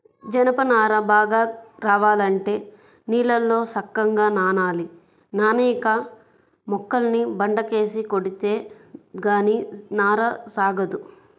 జనప నార బాగా రావాలంటే నీళ్ళల్లో సక్కంగా నానాలి, నానేక మొక్కల్ని బండకేసి కొడితే గానీ నార సాగదు